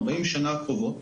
40 שנה הקרובות,